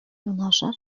юнашар